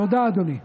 תודה, אדוני.